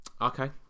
Okay